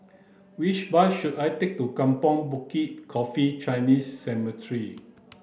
which bus should I take to Kampong Bukit Coffee Chinese Cemetery